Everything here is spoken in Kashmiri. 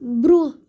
برٛونٛہہ